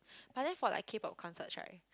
but then for like K-pop concerts right